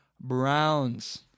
Browns